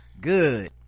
good